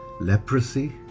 leprosy